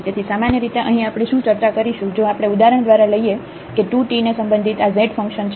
તેથી સામાન્યરીતે અહીં આપણે શું ચર્ચા કરીશું જો આપણે ઉદાહરણ દ્વારા લઈએ કે 2t ને સંબંધિત આ z ફંક્શન છે